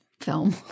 film